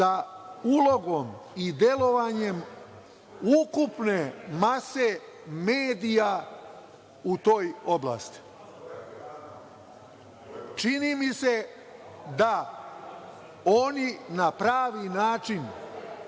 sa ulogom i delovanjem ukupne mase medija u toj oblasti. Čini mi se da oni na pravi način,